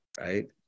right